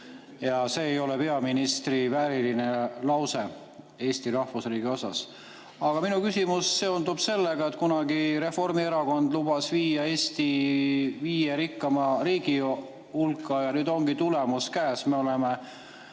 See ei ole peaministrivääriline lause Eesti rahvusriigi kohta. Aga minu küsimus seondub sellega, et kunagi Reformierakond lubas viia Eesti viie rikkaima riigi hulka. Nüüd ongi tulemus käes: